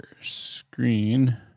screen